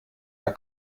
der